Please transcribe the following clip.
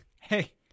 Hey